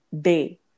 day